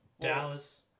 Dallas